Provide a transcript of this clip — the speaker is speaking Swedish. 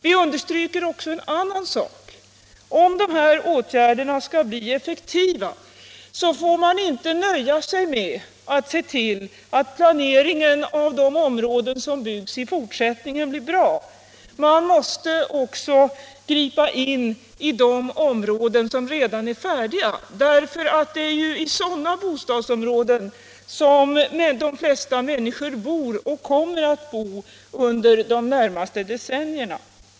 Vi understryker för det andra att man, om dessa åtgärder skall bli effektiva, inte får nöja sig med att se till att planeringen i de områden som byggs i fortsättningen blir bra. Man måste också gripa in i de områden som redan är färdiga. Det är ju i sådana bostadsområden som de flesta människor bor och kommer att bo under de närmaste decennierna.